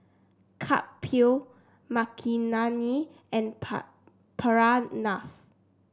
Kapil Makineni and Pranav